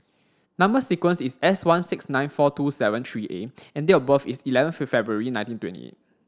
number sequence is S one six nine four two seven three A and date of birth is eleventh February nineteen twenty eight